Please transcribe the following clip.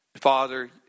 Father